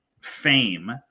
fame